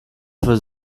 für